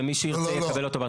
ומי שירצה יקבל אותו.